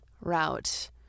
route